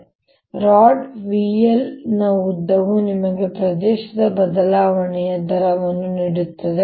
ಈ rod vl ನ ಉದ್ದವು ನಿಮಗೆ ಪ್ರದೇಶದ ಬದಲಾವಣೆಯ ದರವನ್ನು ನೀಡುತ್ತದೆ